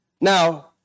Now